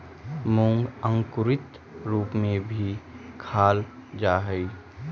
मूंग अंकुरित रूप में भी खाल जा हइ